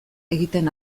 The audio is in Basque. egiten